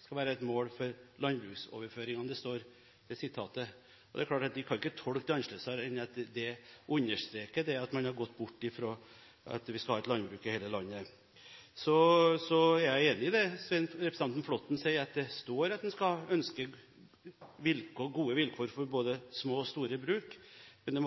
skal være et mål for landbruksoverføringene.» Det er klart vi ikke kan tolke det annerledes enn at det understreker at en har gått bort fra at vi skal ha et landbruk i dette landet. Så er jeg enig i det representanten Flåtten sier, at det står at en ønsker gode vilkår for både små og store bruk, men